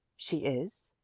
she is?